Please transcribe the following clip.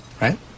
right